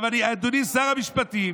אדוני שר המשפטים,